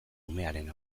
umearen